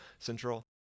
Central